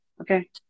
okay